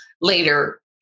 later